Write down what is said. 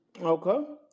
Okay